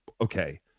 okay